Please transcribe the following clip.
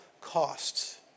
costs